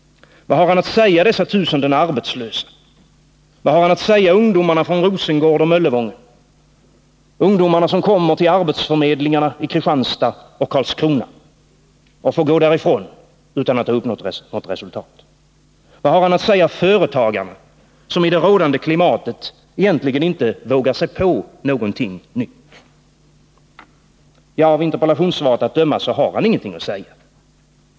Vad har han att säga dessa tusenden arbetslösa? Vad har han att säga ungdomarna från Rosengård och Möllevång, ungdomarna som kommer till arbetsförmedlingarna i Kristianstad och Karlskrona och får gå därifrån utan att ha uppnått något resultat? Vad har han att säga företagarna, som i det rådande klimatet egentligen inte vågar sig på någonting nytt? Ja, av interpellationssvaret att döma har industriministern ingenting att säga.